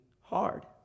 hard